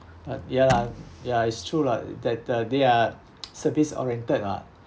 uh ya lah ya it's true lah that the~ they are service oriented [what]